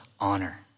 honor